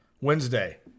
Wednesday